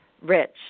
rich